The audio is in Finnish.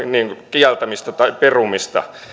kieltämistä tai perumista